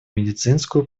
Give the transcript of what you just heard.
медицинскую